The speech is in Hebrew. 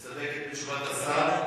מסתפקת בתשובת השר?